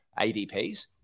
ADPs